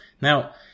Now